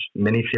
miniseries